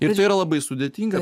ir tai yra labai sudėtinga